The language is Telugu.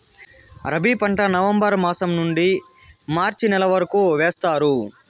రబీ పంట నవంబర్ మాసం నుండీ మార్చి నెల వరకు వేస్తారు